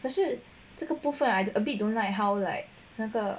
可是这个部分 I a bit don't like how like 那个